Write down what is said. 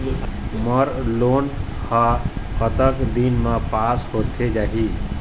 मोर loan हा कतक दिन मा पास होथे जाही?